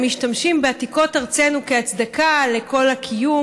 משתמשים בעתיקות ארצנו כהצדקה לכל הקיום,